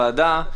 לוועדה.